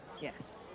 yes